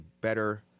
better